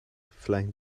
flying